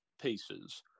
pieces